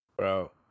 Bro